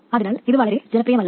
അതിനാൽ ഇത് വളരെ ജനപ്രിയമല്ല